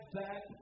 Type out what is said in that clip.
back